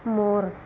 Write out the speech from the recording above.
मोर